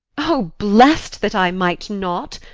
o blessed that i might not!